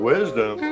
Wisdom